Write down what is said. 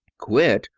quit!